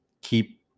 keep